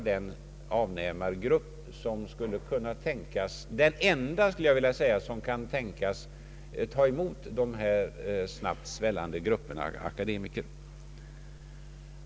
Det är sannolikt den enda avnåämargrupp som kan tänkas ta emot dessa svällande grupper av akademiker.